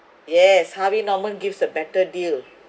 yes harvey norman gives a better deal